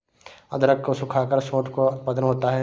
अदरक को सुखाकर सोंठ का उत्पादन होता है